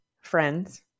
friends